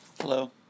Hello